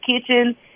Kitchen